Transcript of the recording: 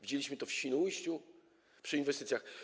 Widzieliśmy to w Świnoujściu przy inwestycjach.